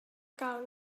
gael